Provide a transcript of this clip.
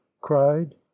cried